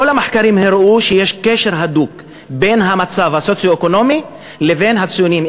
כל המחקרים הראו שיש קשר הדוק בין המצב הסוציו-אקונומי לבין הציונים,